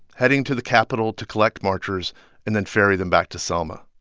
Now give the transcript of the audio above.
heading to the capital to collect marchers and then ferry them back to selma.